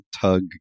tug